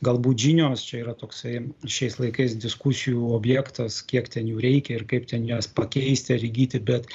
galbūt žinios čia yra toksai šiais laikais diskusijų objektas kiek ten jų reikia ir kaip ten jas pakeisti ar įgyti bet